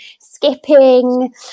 skipping